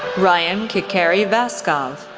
ryan kikeri vaskov,